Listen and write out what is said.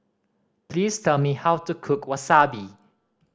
please tell me how to cook Wasabi